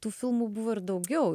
tų filmų buvo ir daugiau